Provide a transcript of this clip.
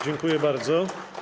Dziękuję bardzo.